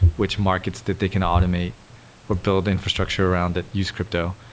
which markets that they can automate or build infrastructure around that use crypto.